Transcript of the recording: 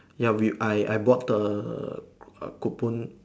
ya we I I I bought the coupon